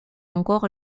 encore